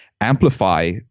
Amplify